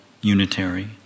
unitary